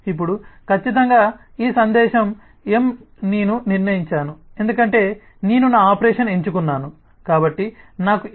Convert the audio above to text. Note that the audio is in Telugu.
ఇప్పుడు ఖచ్చితంగా ఈ సందేశం M నేను నిర్ణయించాను ఎందుకంటే నేను నా ఆపరేషన్ను ఎంచుకున్నాను కాబట్టి నాకు M